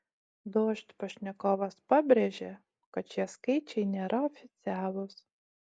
dožd pašnekovas pabrėžė kad šie skaičiai nėra oficialūs